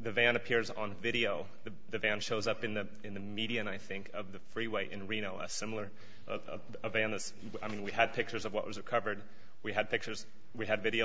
the van appears on video to the van shows up in the in the media and i think of the freeway in reno a similar of a and this i mean we had pictures of what was recovered we had pictures we had video